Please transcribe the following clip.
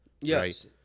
yes